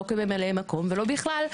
לא כממלאי מקום ולא בכלל,